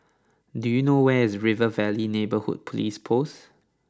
do you know where is River Valley Neighbourhood Police Post